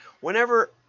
Whenever